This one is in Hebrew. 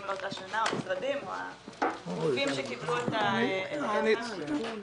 או הגופים שקיבלו את התקציב באותה שנה?